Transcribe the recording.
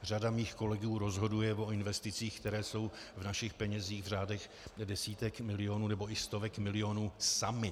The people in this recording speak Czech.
Řada mých kolegů rozhoduje o investicích, které jsou v našich penězích v řádech desítek milionů nebo i stovek milionů sami.